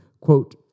Quote